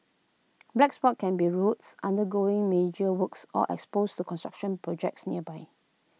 black spot can be roads undergoing major works or exposed to construction projects nearby